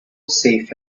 safe